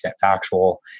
factual